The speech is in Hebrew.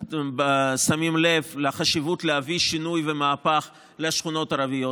שמים לב לחשיבות של להביא שינוי ומהפך לשכונות הערביות.